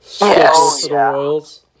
Yes